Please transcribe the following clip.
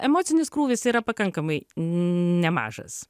emocinis krūvis yra pakankamai nemažas